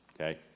okay